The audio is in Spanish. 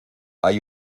hay